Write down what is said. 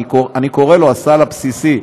אני קורא לו הסל הבסיסי,